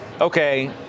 okay